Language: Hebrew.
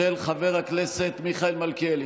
של חבר הכנסת מיכאל מלכיאלי.